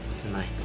tonight